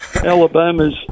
Alabama's